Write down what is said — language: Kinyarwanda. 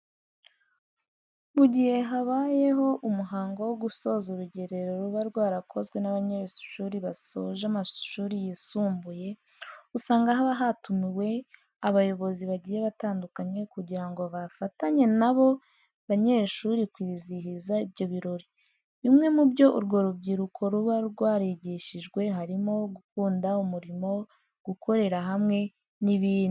Mu gihe habayeho umuhango wo gusoza urugerero ruba rwarakozwe n'abanyeshuri basoje amashuri yisumbuye, usanga haba hatumiwe abayobozi bagiye batandukanye kugira ngo bafatanye n'abo banyeshuri kwizihiza ibyo birori. Bimwe mu byo urwo rubyiruko ruba rwarigishijwe harimo gukunda umurimo, gukorera hamwe n'ibindi.